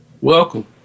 Welcome